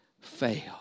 fail